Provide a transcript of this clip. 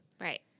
Right